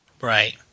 Right